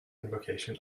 invocation